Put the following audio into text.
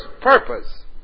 purpose